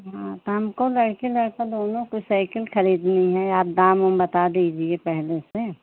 हाँ तो हमको लड़की लड़का दोनों को सइकिल खरीदनी है आप दाम ओम बता दीजिए पहले से